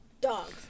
dogs